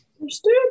Understood